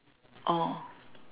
orh